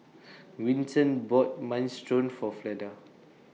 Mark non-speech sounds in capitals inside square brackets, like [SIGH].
[NOISE] Winton bought Minestrone For Fleda